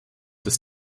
des